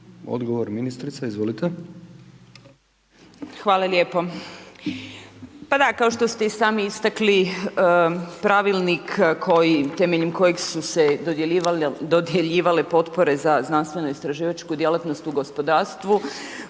Martina (Nezavisni)** Hvala lijepo. Pa da, kao što ste i sami istakli, pravilnik temeljem kojeg su se dodjeljivale potpore za znanstveno istraživačku djelatnost u gospodarstvu,